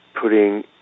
putting